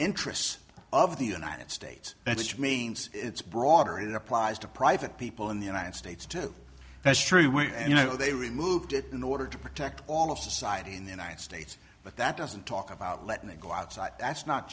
interests of the united states that's to me it's broader it applies to private people in the united states to that's true and you know they removed it in order to protect all of society in the united states but that doesn't talk about let me go outside that's not